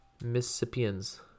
Mississippians